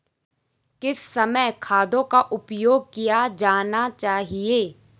किस समय खादों का प्रयोग किया जाना चाहिए?